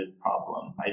problem